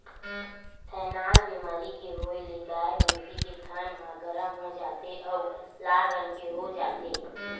थनैल बेमारी के होए ले गाय, भइसी के थन ह गरम हो जाथे अउ लाल रंग के हो जाथे